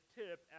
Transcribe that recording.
tip